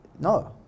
no